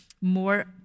more